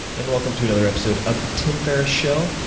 and welcome to another episode of the tim ferris show.